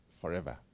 forever